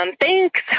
thanks